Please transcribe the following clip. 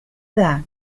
that